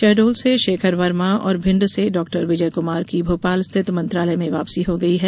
शहडोल से शेखर वर्मा और भिंड से डॉ विजय कुमार की भोपाल स्थित मंत्रालय में वापसी हो गई है